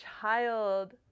child